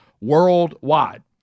worldwide